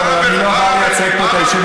ערב אל-עראמשה לא קיבל פחות.